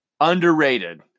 Underrated